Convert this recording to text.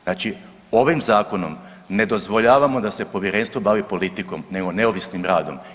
Znači ovim Zakonom ne dozvoljavamo da se Povjerenstvo bavi politikom, nego neovisnim radom.